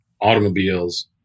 automobiles